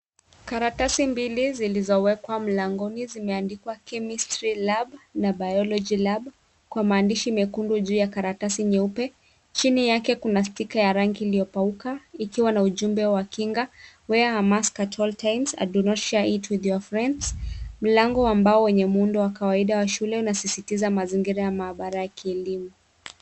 Karatasi mbili zilizowekwa mlangoni zimeandikwa chemistry lab na biology lab , kwa maandishi mekundu ju ya karatasi nyeupe. Chini yake kuna stika ya rangi iliyopauka ikiwa na ujumbe wa kinga, wear a mask at all times and do not share it with your friends . Mlango ambao wenye muundo wa kawaida wa shule, unasisitiza mazingira ya maabara ya kielimu.